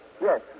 Yes